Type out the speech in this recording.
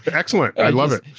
but excellent, i love it.